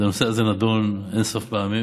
הנושא הזה נדון אין-סוף פעמים,